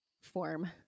form